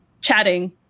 chatting